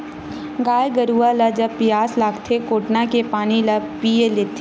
गाय गरुवा ल जब पियास लागथे कोटना के पानी ल पीय लेथे